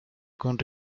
con